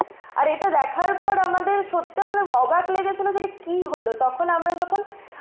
আর এটা দেখার পর আমাদের সত্যি মানে অবাক লেগেছিলো যে এটা কি হলো তখন আমরা যখন